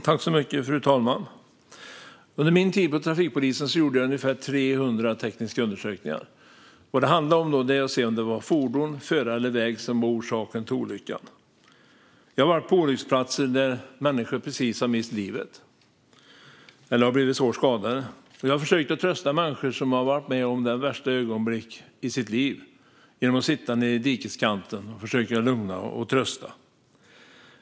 Fru talman! Under min tid på trafikpolisen gjorde jag ungefär 300 tekniska undersökningar. Det handlade om att se om det var fordon, förare eller väg som var orsaken till olyckan. Jag har varit på olycksplatser där människor precis har mist livet eller har blivit svårt skadade, och jag har suttit i dikeskanten och försökt att trösta och lugna människor som har varit med om det värsta ögonblicket i livet.